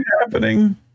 happening